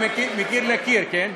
מקיר לקיר, כן?